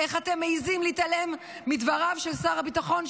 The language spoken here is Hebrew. איך אתם מעיזים להתעלם מדבריו של שר הביטחון,